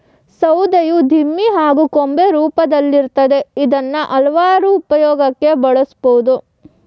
ಸೌಧೆಯು ದಿಮ್ಮಿ ಹಾಗೂ ಕೊಂಬೆ ರೂಪ್ದಲ್ಲಿರ್ತದೆ ಇದ್ನ ಹಲ್ವಾರು ಉಪ್ಯೋಗಕ್ಕೆ ಬಳುಸ್ಬೋದು